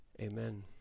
Amen